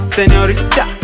Senorita